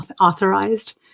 authorized